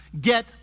Get